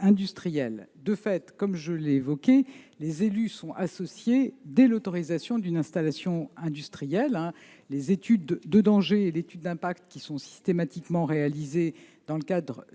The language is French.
industriel. De fait, comme je l'ai souligné, les élus sont associés à la procédure dès l'autorisation d'une installation industrielle. Les études de danger et l'étude d'impact, qui sont systématiquement réalisées dans le cadre du